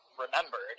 remembered